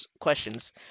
questions